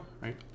right